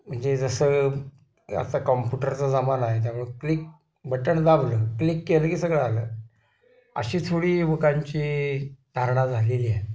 म्हणजे जसं आता कॉम्प्युटरचं जमाना आहे त्यामुळे क्लिक बटण दाबलं क्लिक केलं की सगळं आलं अशी थोडी लोकांची धारणा झालेली आहे